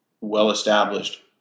well-established